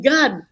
God